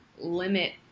limit